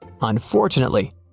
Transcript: Unfortunately